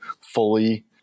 fully –